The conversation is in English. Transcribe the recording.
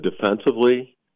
defensively